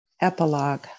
Epilogue